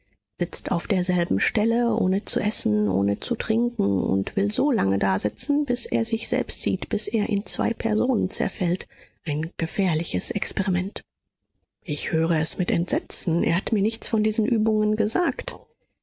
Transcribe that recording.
sitzt auf derselben stelle ohne zu essen ohne zu trinken und will so lange dasitzen bis er sich selbst sieht bis er in zwei personen zerfällt ein gefährliches experiment ich höre es mit entsetzen er hat mir nichts von diesen übungen gesagt